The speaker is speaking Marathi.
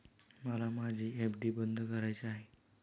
मला माझी एफ.डी बंद करायची आहे